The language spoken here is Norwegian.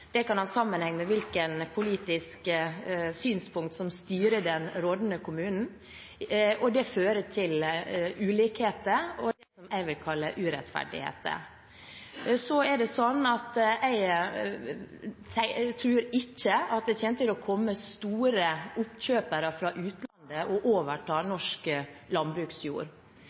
Det kan ha sammenheng med hvilket politisk synspunkt som styrer den rådende kommunen, og det fører til ulikheter og det jeg vil kalle urettferdigheter. Så er det sånn at jeg tror ikke det kommer til å komme store oppkjøpere fra utlandet og overta